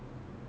ஆமா:aamaa